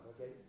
Okay